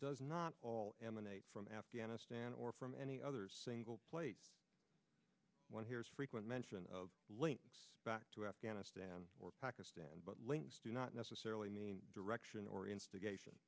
does not all emanate from afghanistan or from any other single place one hears frequent mention of link back to afghanistan or pakistan but links do not necessarily mean direction or instigation